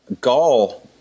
gall